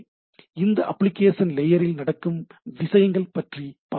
எனவே இந்த அப்ளிகேஷன் லேயரில் நடக்கும் விஷயங்கள் பற்றி பார்ப்போம்